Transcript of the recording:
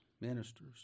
ministers